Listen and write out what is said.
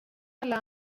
alla